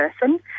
person